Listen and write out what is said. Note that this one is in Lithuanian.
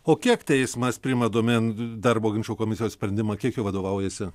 o kiek teismas priima domėn darbo ginčų komisijos sprendimą kiek juo vadovaujasi